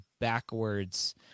backwards